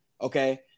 okay